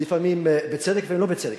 לפעמים, בצדק ולא בצדק.